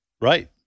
Right